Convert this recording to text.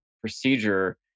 procedure